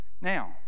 Now